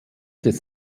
des